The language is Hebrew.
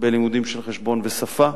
בלימודים של חשבון ושפה,